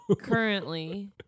currently